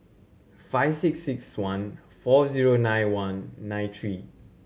five six six one four zero nine one nine three